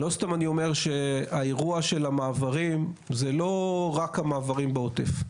לא סתם אני אומר שהאירוע של המעברים זה לא רק המעברים בעוטף,